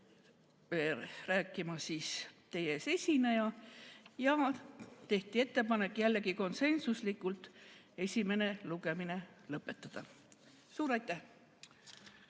rääkima soovitati teie ees esineja ja tehti ettepanek, jällegi konsensuslikult, esimene lugemine lõpetada. Suur aitäh!